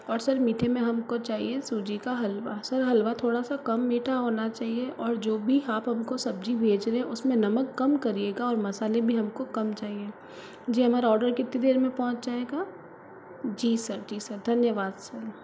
और सर मीठे में हमको चाहिए सूजी का हलवा सर हलवा थोड़ा सा कम मीठा होना चाहिए और जो भी आप हमको सब्जी भेज रहे हैं उसमें नमक कम करिएगा और मसाले भी हमको कम चाहिए जी हमारा ऑर्डर कितनी देर में पहुँच जाएगा जी सर जी सर धन्यवाद सर